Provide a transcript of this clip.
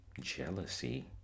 jealousy